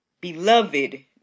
Beloved